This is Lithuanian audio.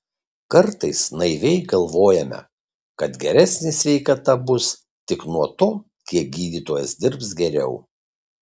kartais naiviai galvojame kad geresnė sveikata bus tik nuo to kiek gydytojas dirbs geriau